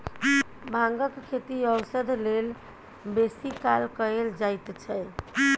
भांगक खेती औषध लेल बेसी काल कएल जाइत छै